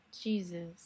Jesus